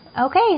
Okay